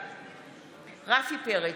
בעד רפי פרץ,